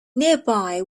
nearby